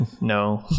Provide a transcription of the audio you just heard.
no